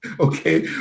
Okay